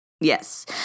Yes